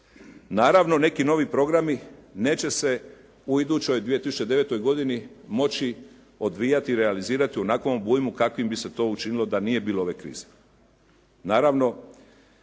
Naravno neki novi programi neće se u idućoj 2009. godini moći odvijati i realizirati u onakvom obujmu kakvim bi se to učinilo da nije bilo ove krize.